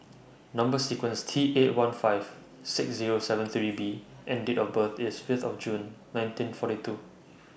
Number sequence T eight one five six Zero seven three B and Date of birth IS Fifth of June nineteen forty two